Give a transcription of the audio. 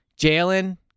Jalen